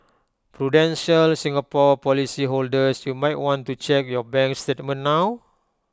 Prudential Singapore policyholders you might want to check your bank statement now